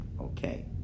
Okay